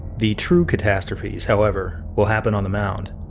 the true catastrophes however, will happen on the mound.